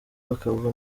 bakava